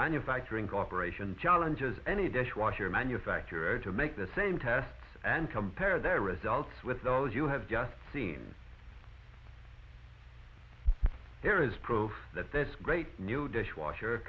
manufacturing cost ration challenges any dishwasher manufacturer to make the same tests and compare their results with those you have just seen here is proof that there's great new dishwasher